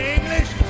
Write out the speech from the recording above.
English